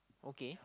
okay